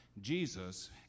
Jesus